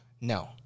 No